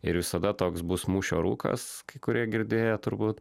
ir visada toks bus mūšio rūkas kai kurie girdėję turbūt